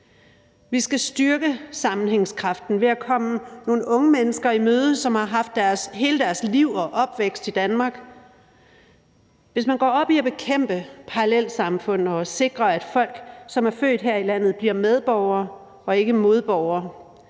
Vi skal styrke sammenhængskraften ved at komme nogle unge mennesker i møde, som har haft hele deres liv og opvækst i Danmark. Hvis man går op i at bekæmpe parallelsamfund og sikre, at folk, som er født her i landet, bliver medborgere og ikke modborgere,